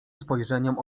spojrzeniem